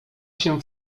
się